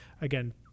again